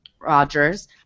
Rogers